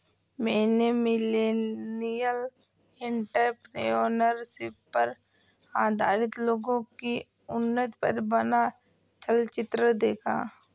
मैंने millennial entrepreneurship पर आधारित लोगो की उन्नति पर बना चलचित्र देखा